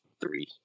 three